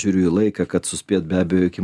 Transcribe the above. žiūriu į laiką kad suspėt be abejo iki